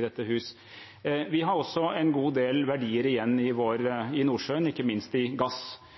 dette hus. Vi har også en god del verdier igjen i Nordsjøen, ikke minst i gass.